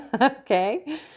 okay